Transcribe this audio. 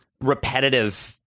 repetitive